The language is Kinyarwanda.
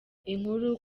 inkuru